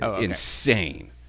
insane